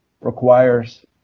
requires